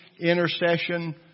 intercession